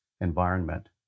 environment